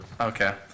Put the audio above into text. Okay